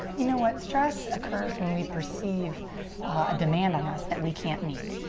you know what, stress occurs when we perceive a demand on us that we can't meet.